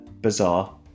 bizarre